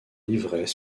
livrets